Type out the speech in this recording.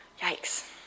Yikes